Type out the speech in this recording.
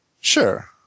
Sure